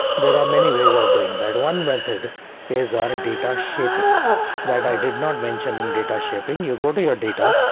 there are many ways of doing that. one method is our data shaping that i did not mention in data shaping. you go to your data.